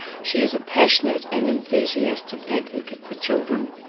she is a passionate and enthusiastic advocate for children.